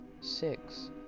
six